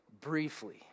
briefly